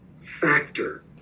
factor